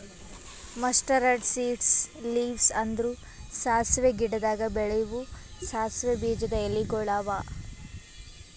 mustard seeds leaves ಅಂದುರ್ ಸಾಸಿವೆ ಗಿಡದಾಗ್ ಬೆಳೆವು ಸಾಸಿವೆ ಬೀಜದ ಎಲಿಗೊಳ್ ಅವಾ